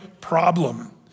problem